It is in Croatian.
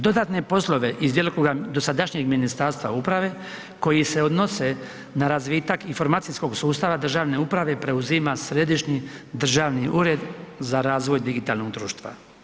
Dodatne poslove iz djelokruga dosadašnjeg Ministarstva uprave koji se odnose na razvitak informacijskog sustava državne uprave, preuzima Središnji državni ured za razvoj digitalnog društva.